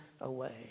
away